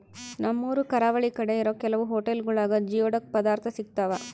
ನಮ್ಮೂರು ಕರಾವಳಿ ಕಡೆ ಇರೋ ಕೆಲವು ಹೊಟೆಲ್ಗುಳಾಗ ಜಿಯೋಡಕ್ ಪದಾರ್ಥ ಸಿಗ್ತಾವ